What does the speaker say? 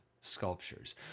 sculptures